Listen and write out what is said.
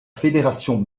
fédération